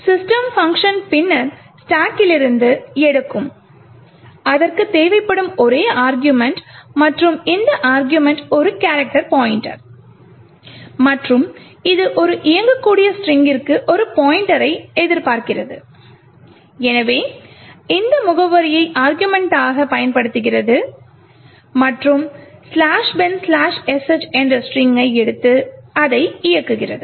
system function பின்னர் ஸ்டாக்கிலிருந்து எடுக்கும் அதற்குத் தேவைப்படும் ஒரே அருகுமெண்ட் மற்றும் இந்த அருகுமெண்ட் ஒரு கேரக்டர் பாய்ண்ட்டர் மற்றும் இது ஒரு இயங்கக்கூடிய ஸ்ட்ரிங்கிற்கு ஒரு பாய்ண்ட்டரை எதிர்பார்க்கிறது எனவே இது இந்த முகவரியை அருகுமெண்ட்டாகப் பயன்படுத்துகிறது மற்றும் " bin sh " என்ற ஸ்ட்ரிங்கை எடுத்து அதை இயக்குகிறது